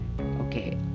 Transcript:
okay